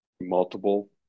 multiple